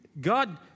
God